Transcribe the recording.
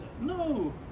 No